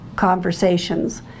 conversations